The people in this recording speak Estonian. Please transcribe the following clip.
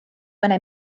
mõne